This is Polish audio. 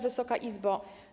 Wysoka Izbo!